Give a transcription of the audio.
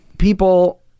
people